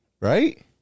right